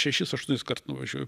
šešis aštuoniskart nuvažiuoju